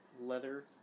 leather